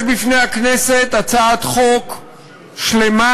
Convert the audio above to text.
יש בפני הכנסת הצעת חוק שלמה,